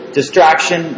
distraction